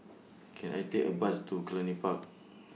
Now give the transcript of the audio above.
Can I Take A Bus to Cluny Park